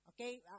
Okay